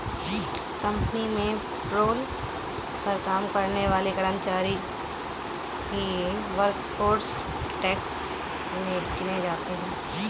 company में payroll पर काम करने वाले कर्मचारी ही वर्कफोर्स टैक्स में गिने जाते है